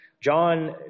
John